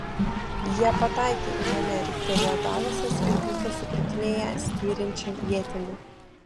jie pataikė į mane riktelėjo dalasas ir krito su krūtinėje styrinčia ietimi